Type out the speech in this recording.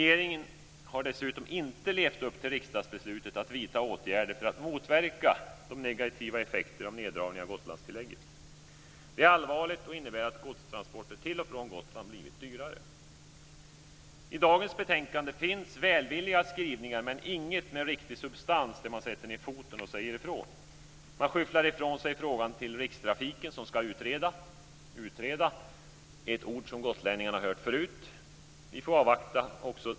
Dessutom har regeringen inte levt upp till riksdagsbeslutet om att vidta åtgärder för att motverka negativa effekter av neddragningen av Gotlandstillägget. Detta är allvarligt. Det innebär att godstransporter till och från Gotland har blivit dyrare. I dagens betänkande finns det välvilliga skrivningar men ingenting med riktig substans innebärande att man sätter ned foten och säger ifrån. Man skyfflar ifrån sig frågan till Rikstrafiken som ska utreda - ett ord som gotlänningarna hört förut.